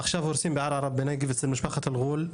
עכשיו הורסים בערערה בנגב אצל משפחת אלרול.